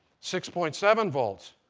six point seven volts.